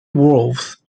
wolves